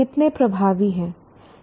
कितने प्रभावी हैं